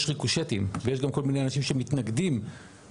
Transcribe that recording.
יש ריקושטים ויש גם כל מיני אנשים שמתנגדים וחושבים